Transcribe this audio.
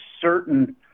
certain